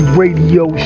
radio